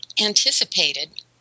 anticipated